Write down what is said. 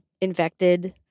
infected